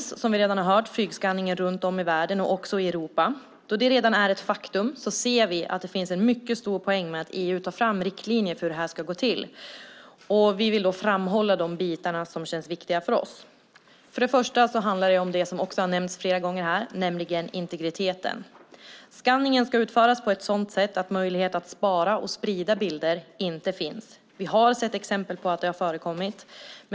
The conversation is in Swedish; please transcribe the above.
Som vi redan hört finns i dag flygskanning runt om i världen, också i Europa. Då detta redan är ett faktum ser vi att det finns en mycket stor poäng i att EU tar fram riktlinjer för hur skanningen ska gå till. Vi vill framhålla de bitar som känns viktiga för oss. Först och främst handlar det om det som flera gånger nämnts här, nämligen om integriteten. Skanningen ska utföras på ett sådant sätt att någon möjlighet att spara och sprida bilder inte finns. Vi har sett exempel på att det har förekommit.